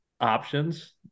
options